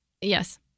Yes